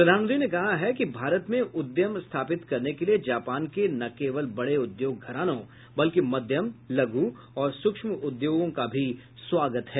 प्रधानमंत्री ने कहा है कि भारत में उद्यम स्थापित करने के लिए जापान के न केवल बड़े उद्योग घरानों बल्कि मध्यम लघु और सूक्ष्म उद्योगों का भी स्वागत है